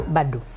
Badu